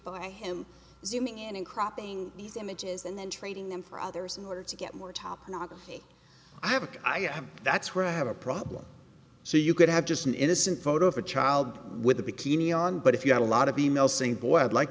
by him zooming in and cropping these images and then trading them for others in order to get more top model i have a i have that's where i have a problem so you could have just an innocent photo of a child with a bikini on but if you have a lot of email saying boy i'd like